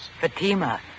Fatima